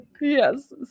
Yes